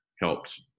helped